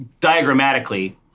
diagrammatically